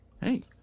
hey